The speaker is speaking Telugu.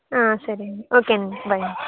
సరే అండి ఓకేనండి బాయ్ అండి